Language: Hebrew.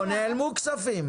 נעלמו כספים,